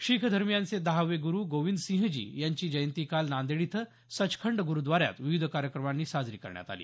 शीख धर्मियांचे दहावे गुरू गोविंदसिंहजी यांची जयंती काल नांदेड इथं सचखंड ग्रूद्वाऱ्यात विविध कार्यक्रमांनी साजरी करण्यात आली